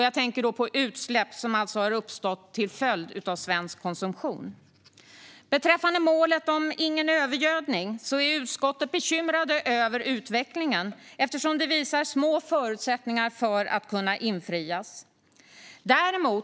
Jag tänker då på utsläpp som har uppstått till följd av svensk konsumtion. Beträffande målet om ingen övergödning är utskottet bekymrat över utvecklingen, som visar små förutsättningar för infriande.